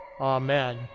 Amen